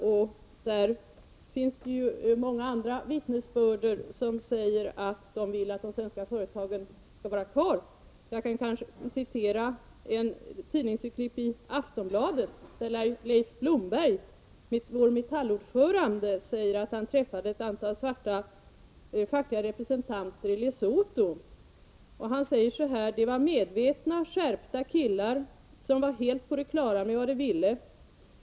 Det finns många andra vittnesbörd om att man vill att de svenska företagen skall vara kvar. Jag kanske kan få citera ett tidningsurklipp ur Aftonbladet, där Leif Blomberg, Metalls ordförande, säger att han träffade ett antal svarta fackliga representanter i Lesotho. Han säger: ”Det var medvetna, skärpta killar, som var helt på det klara med vad de ville.